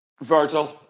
Virgil